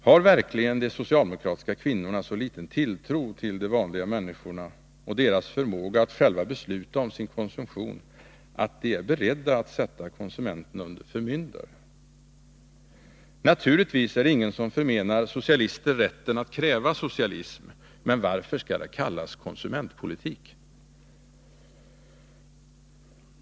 Har verkligen de socialdemokratiska kvinnorna så liten tilltro till de vanliga människorna och deras förmåga att själva besluta om sin konsumtion att de är beredda att sätta konsumenterna under förmyndare? Naturligtvis är det ingen som förmenar socialister rätten att kräva socialism, men varför skall det kallas konsumentpolitik?